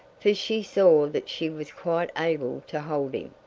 for she saw that she was quite able to hold him,